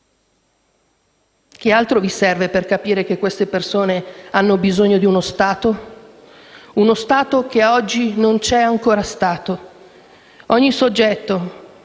Che altro vi serve per capire che queste persone hanno bisogno di uno Stato? Uno Stato che oggi non c'è ancora stato. Ogni soggetto